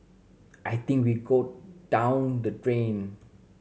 I think we go down the drain